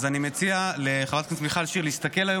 אז אני מציע לחברת הכנסת מיכל שיר להסתכל היום